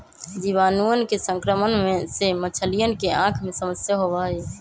जीवाणुअन के संक्रमण से मछलियन के आँख में समस्या होबा हई